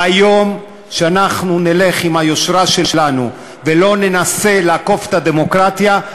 ביום שאנחנו נלך עם היושרה שלנו ולא ננסה לעקוף את הדמוקרטיה,